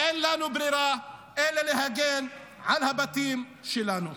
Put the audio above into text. אין לנו ברירה אלא להגן על הבתים שלנו.